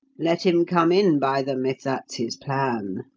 let him come in by them, if that's his plan.